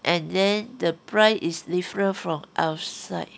and then the price is different from outside